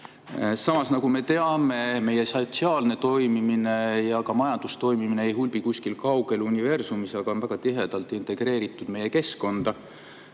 Samas, nagu me teame, meie sotsiaalne toimimine ja ka majanduslik toimimine ei hulbi kuskil kaugel universumis, vaid on väga tihedalt integreeritud meie keskkonda.